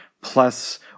plus